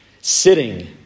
sitting